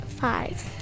Five